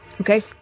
Okay